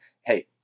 Hey